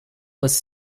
was